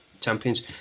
champions